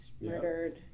murdered